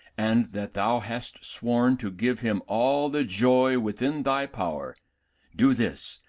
and that thou hast sworn to give him all the joy within thy power do this,